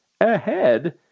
ahead